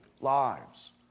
lives